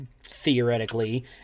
theoretically